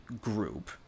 group